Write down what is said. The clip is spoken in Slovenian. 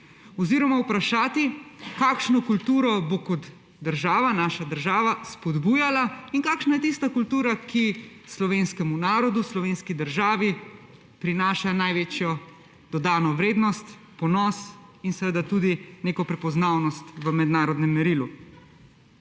Oziroma vprašati, kakšno kulturo bo kot država naša država spodbujala in kakšna je tista kultura, ki slovenskemu narodu, slovenski državi prinaša največjo dodano vrednost, ponos in tudi prepoznavnost v mednarodnem merilu.